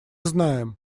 знаем